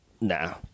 No